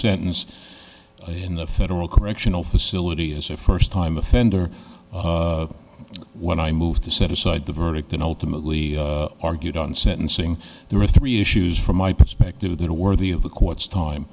sentence in the federal correctional facility as a first time offender when i moved to set aside the verdict and ultimately argued on sentencing there are three issues from my perspective that are worthy of the court's time